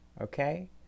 okay